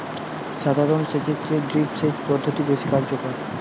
সাধারণ সেচ এর চেয়ে ড্রিপ সেচ পদ্ধতি বেশি কার্যকর